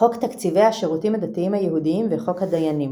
חוק תקציבי השירותים הדתיים היהודיים וחוק הדיינים.